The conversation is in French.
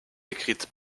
écrite